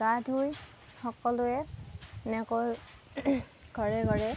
গা ধুই সকলোৱে এনেকৈ ঘৰে ঘৰে